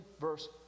verse